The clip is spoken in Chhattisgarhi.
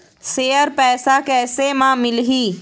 शेयर पैसा कैसे म मिलही?